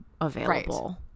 available